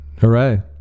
Hooray